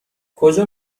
کجا